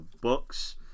books